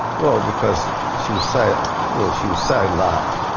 well because she was so, well she was so light.